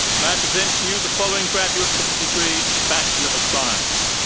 may i present to you the following graduates of the degree bachelor of science.